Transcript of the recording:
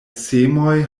semoj